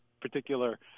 particular